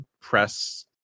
press